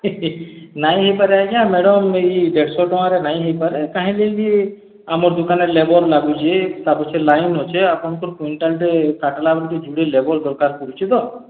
ହେ ହେ ନାଇଁ ହେଇପାରେ ଆଜ୍ଞା ମ୍ୟାଡ଼ାମ୍ ଇ ଦେଢ଼ଶହ ଟଙ୍କାରେ ନାଇଁ ହେଇପାରେ କାହିଁକି ବି ଆମ ଦୁକାନ୍ରେ ଲେବର୍ ଲାଗୁଛି ତା' ପଛରେ ଲାଇନ୍ ଅଛି ଆପଣଙ୍କର କ୍ୱିଣ୍ଟାଲ୍ଟେ କାଟିଲା ବେଳକୁ ଜୁଡ଼େ ଲେବର୍ ଦରକାର୍ ପଡ଼ୁଛି ତ